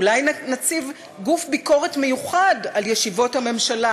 אולי נציב גוף ביקורת מיוחד על ישיבות הממשלה,